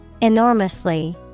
Enormously